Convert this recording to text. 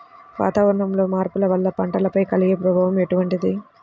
వాతావరణంలో మార్పుల వల్ల పంటలపై కలిగే ప్రభావం ఎటువంటిది?